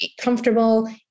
comfortable